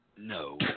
No